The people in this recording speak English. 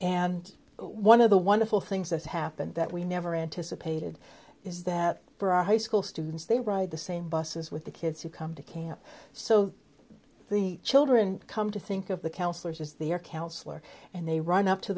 and one of the wonderful things that happened that we never anticipated is that for our high school students they ride the same buses with the kids who come to camp so the children come to think of the counsellors as they are counsellor and they run up to